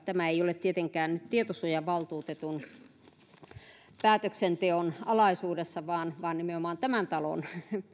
tämä ei ole tietenkään tietosuojavaltuutetun päätöksenteon alaisuudessa vaan vaan nimenomaan tämän talon